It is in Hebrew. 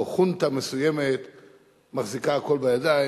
או חונטה מסוימת מחזיקה הכול בידיים.